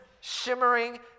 shimmering